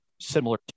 similar